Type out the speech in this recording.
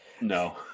No